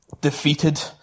defeated